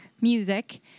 music